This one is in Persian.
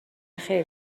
خیر